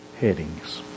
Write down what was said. headings